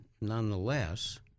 nonetheless